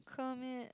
Kermit